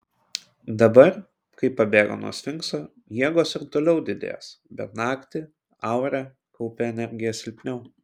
dabar kai pabėgo nuo sfinkso jėgos ir toliau didės bet naktį aura kaupia energiją silpniau